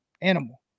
animal